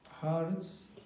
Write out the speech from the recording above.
hearts